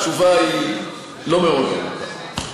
התשובה היא לא מאוד ארוכה,